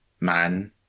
man